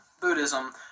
Buddhism